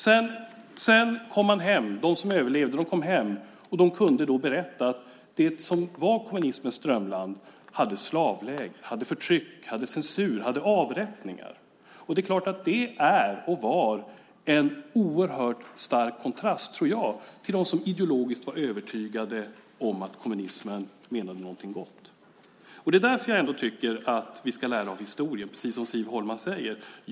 Sedan kom de som överlevde hem och kunde då berätta att det som var kommunismens drömland hade slavläger, förtryck, censur och avrättningar. Det är klart att det är och var en oerhört stark kontrast, tror jag, till dem som ideologiskt var övertygade om att kommunismen menade någonting gott. Det är därför jag tycker att vi ska lära av historien, precis som Siv Holma säger.